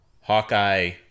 Hawkeye